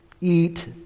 eat